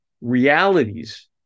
realities